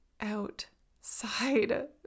outside